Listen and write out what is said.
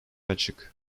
açık